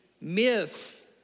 myths